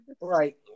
Right